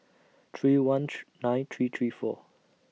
three one three nine three three four